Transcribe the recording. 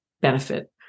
benefit